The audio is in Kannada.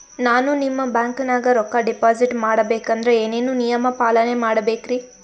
ನಾನು ನಿಮ್ಮ ಬ್ಯಾಂಕನಾಗ ರೊಕ್ಕಾ ಡಿಪಾಜಿಟ್ ಮಾಡ ಬೇಕಂದ್ರ ಏನೇನು ನಿಯಮ ಪಾಲನೇ ಮಾಡ್ಬೇಕ್ರಿ?